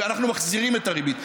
אנחנו מחזירים את הריבית.